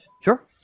Sure